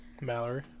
Mallory